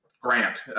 Grant